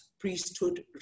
priesthood